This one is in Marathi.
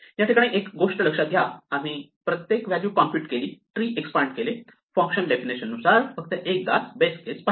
याठिकाणी एक गोष्ट लक्षात घ्या की आम्ही प्रत्येक व्हॅल्यू कॉम्प्युट केली ट्री एक्सपांड केले फंक्शन डेफिनेशननुसार फक्त एकदाच बेस केस पाहिली